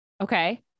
Okay